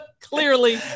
clearly